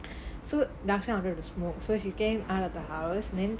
so dharshan wanted to smoke so she came out of the house then